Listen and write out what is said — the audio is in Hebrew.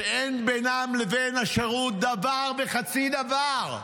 שאין בינם לבין השירות דבר וחצי דבר.